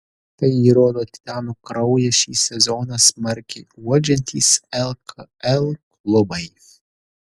tai įrodo titanų kraują šį sezoną smarkiai uodžiantys lkl klubai